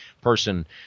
person